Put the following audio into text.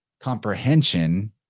comprehension